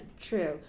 true